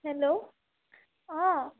hello অঁ